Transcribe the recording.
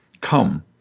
Come